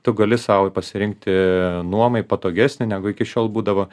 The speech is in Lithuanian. tu gali sau pasirinkti nuomai patogesnį negu iki šiol būdavo